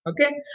Okay